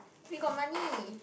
we got money